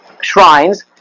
shrines